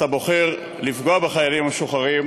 אתה בוחר לפגוע החיילים המשוחררים,